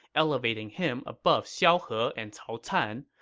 elevating him above xiao he and cao can,